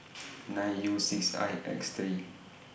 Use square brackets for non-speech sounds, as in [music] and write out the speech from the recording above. [noise] nine U six I X three